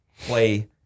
play